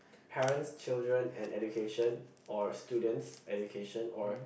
parents children and education or students education or